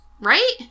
Right